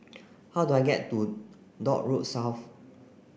how do I get to Dock Road South